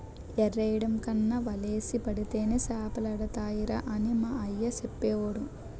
ఎరెయ్యడం కన్నా వలేసి పడితేనే సేపలడతాయిరా అని మా అయ్య సెప్పేవోడు